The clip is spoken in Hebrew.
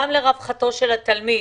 גם לרווחתו של התלמיד